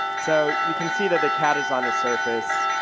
so you can see that the cat is on a surface,